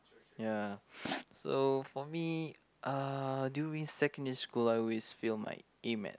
ya so for me uh during secondary school I always fail my A math